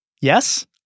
Yes